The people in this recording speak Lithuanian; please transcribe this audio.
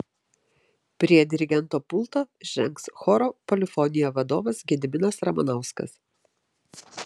prie dirigento pulto žengs choro polifonija vadovas gediminas ramanauskas